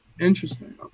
interesting